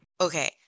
Okay